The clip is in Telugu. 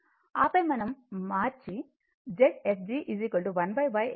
ఆపై మనం మార్చి Zfg 1Yfg ను కనుగొంటాము